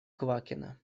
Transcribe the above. квакина